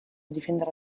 difendere